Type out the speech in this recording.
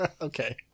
Okay